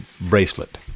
bracelet